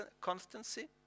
constancy